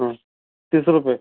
हा तीस रुपये